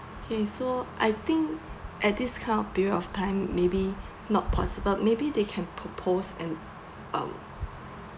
okay so I think at this kind of period of time maybe not possible maybe they can propose an um